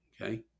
okay